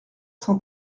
cent